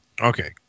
Okay